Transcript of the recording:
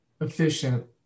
efficient